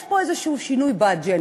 יש פה איזה שינוי באג'נדה.